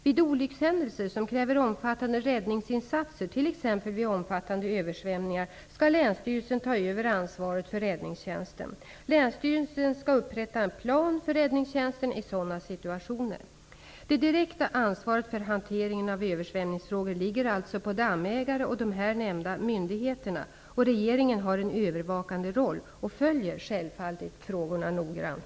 Vid olyckshändelser som kräver omfattande räddningsinsatser, t.ex. vid omfattande översvämningar, skall länsstyrelsen ta över ansvaret för räddningstjänsten. Länsstyrelsen skall upprätta en plan för räddningstjänsten i sådana situationer. Det direkta ansvaret för hanteringen av översvämningsfrågor ligger alltså på dammägare och de här nämnda myndigheterna. Regeringen har en övervakande roll och följer självfallet frågorna noggrant.